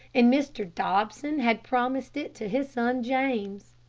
and mr. dobson had promised it to his son james.